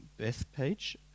Bethpage